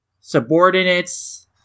subordinates